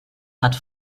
hat